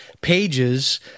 pages